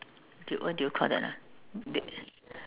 what do you call that ah they